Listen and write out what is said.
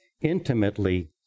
intimately